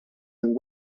and